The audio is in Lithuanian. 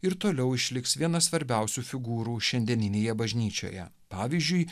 ir toliau išliks viena svarbiausių figūrų šiandieninėje bažnyčioje pavyzdžiui